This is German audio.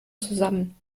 zusammen